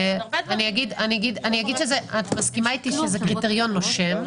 את מסכימה איתי שזה קריטריון נושם.